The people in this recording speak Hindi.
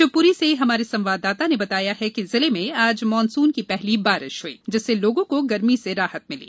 शिवपुरी से हमारे संवादताता ने बताया कि जिले में आज मानसून की पहली बारिश हुई जिससे लोगों को गर्मी से राहत मिली